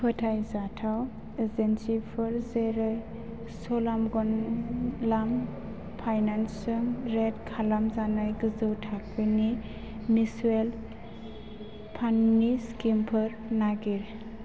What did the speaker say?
फोथायजाथाव एजेन्सिफोर जेरै च'लामगन्डलाम फाइनेन्सजों रेट खालामजानाय गोजौ थाखोनि मिउचुवेल फान्डनि स्किमफोर नायगिर